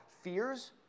fears